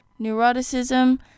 neuroticism